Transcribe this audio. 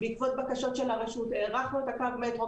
בעקבות בקשות של הרשות הארכנו את קו המטרו